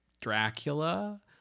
Dracula